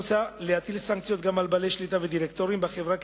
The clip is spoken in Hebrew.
מוצע להטיל סנקציות גם על בעלי שליטה ודירקטורים בחברה,